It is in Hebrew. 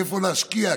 איפה להשקיע,